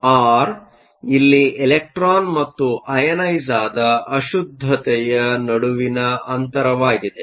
ಆದ್ದರಿಂದಆರ್ ಇಲ್ಲಿ ಎಲೆಕ್ಟ್ರಾನ್ ಮತ್ತು ಅಯನೈಸ಼್ಆದ ಅಶುದ್ಧತೆಯ ನಡುವಿನ ಅಂತರವಾಗಿದೆ